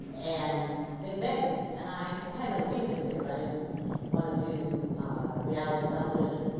and they begged me and i had no reason to. i didn't want to do reality television,